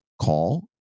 call